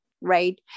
right